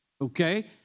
Okay